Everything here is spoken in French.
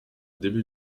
début